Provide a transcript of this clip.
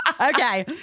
Okay